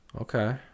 Okay